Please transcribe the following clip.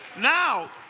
Now